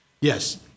yes